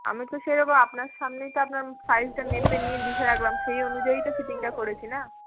আমি তো সেরকম আপনার সামনেই তো আপনার সাইজটা মেপে নিয়ে লিখে রাখলাম সেই অনুযায়ীই তো ফিটিংটা করেছি না